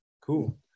cool